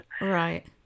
Right